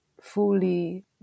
fully